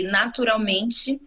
naturalmente